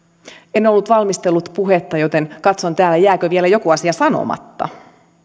en ollut valmistellut puhetta joten katson täällä jääkö vielä joku asia sanomatta